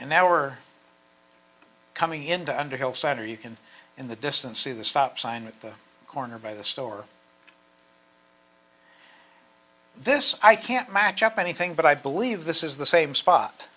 and now are coming into under hillside or you can in the distance see the stop sign at the corner by the store this i can't match up anything but i believe this is the same spot